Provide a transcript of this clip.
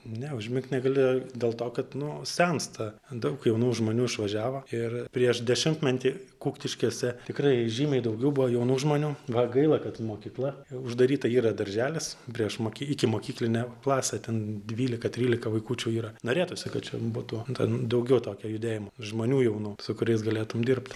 ne užmigt negal dėl to kad nu sensta daug jaunų žmonių išvažiavo ir prieš dešimtmetį kuktiškėse tikrai žymiai daugiau buvo jaunų žmonių va gaila kad mokykla jau uždaryta yra darželis priešmoky ikimokyklinė klasė ten dvylika trylika vaikučių yra norėtųsi kad čia būtų ten daugiau tokio judėjimo žmonių jaunų su kuriais galėtum dirbt